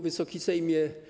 Wysoki Sejmie!